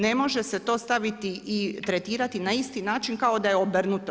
Ne može se to staviti i tretirati na isti način kao da je obrnuto.